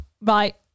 right